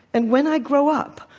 and when i grow up,